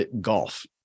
golf